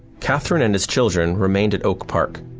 catherine and his children remained at oak park.